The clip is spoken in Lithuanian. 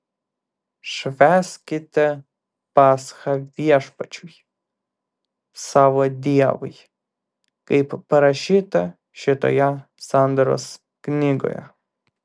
švęskite paschą viešpačiui savo dievui kaip parašyta šitoje sandoros knygoje